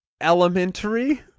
Elementary